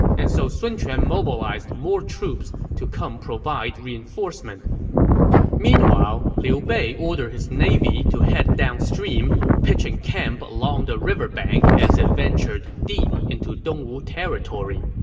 and so sun quan mobilized more troops to come provide reinforcement meanwhile, liu bei ordered his navy to head downstream, pitching camp along the river bank as it ventured deep into dongwu territory.